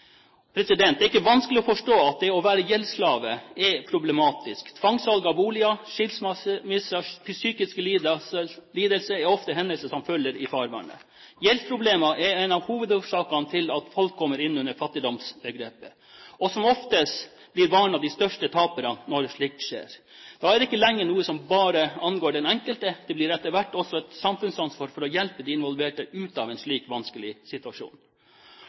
Det er ikke vanskelig å forstå at det å være gjeldsslave er problematisk. Tvangssalg av boliger, skilsmisser og psykiske lidelser er ofte noe som følger i kjølvannet. Gjeldsproblemer er en av hovedårsakene til at folk kommer inn under fattigdomsbegrepet. Og som oftest blir barna de største taperne når slikt skjer. Da er det ikke lenger noe som «bare» angår den enkelte – det blir etter hvert også et samfunnsansvar å hjelpe de involverte ut av en slik vanskelig situasjon.